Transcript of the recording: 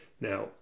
Now